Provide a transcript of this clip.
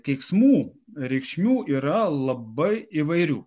keiksmų reikšmių yra labai įvairių